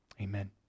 Amen